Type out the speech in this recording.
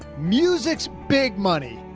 music's big money,